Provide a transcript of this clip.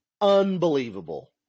unbelievable